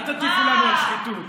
אל תטיפי לנו על שחיתות.